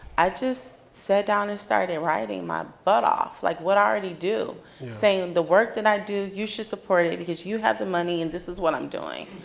i just sat down and starting writing my butt off. like what i already do saying the work that i do you should support it because you have the money, and this is what i'm doing.